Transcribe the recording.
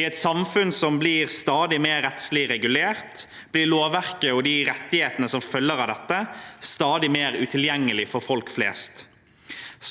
I et samfunn som blir stadig mer rettslig regulert, blir lovverket og de rettighetene som følger av dette, stadig mer utilgjengelig for folk flest.